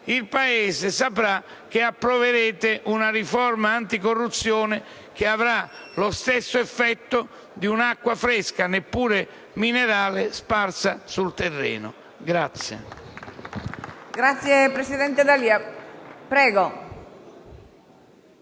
il Paese saprà che approverete una riforma anticorruzione che avrà lo stesso effetto di un'acqua fresca - neppure minerale - sparsa sul terreno.